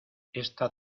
esta